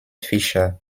fischer